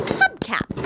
hubcap